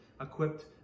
equipped